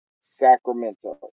Sacramento